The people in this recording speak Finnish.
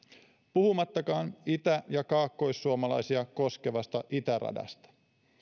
puhumattakaan itä ja kaakkoissuomalaisia koskevasta itäradasta